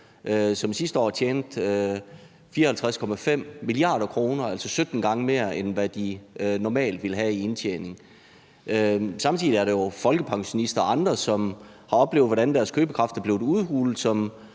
som sidste år tjente 54,5 mia. kr., altså 17 gange mere, end hvad de normalt ville have i indtjening. Samtidig er der jo folkepensionister og andre, som har oplevet, hvordan deres købekraft er blevet udhulet,